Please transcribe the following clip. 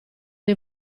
dei